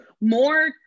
more